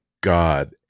God